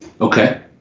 Okay